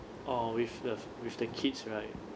oh with the with the kids right